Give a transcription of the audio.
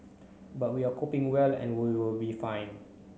but we are coping well and we will be fine